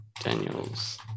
Daniels